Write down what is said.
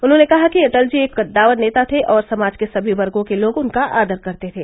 उन्हॉने कहा कि अटल जी एक कद्दावर नेता थे और समाज के सभी वर्गो के लोग उनका आदर करते थे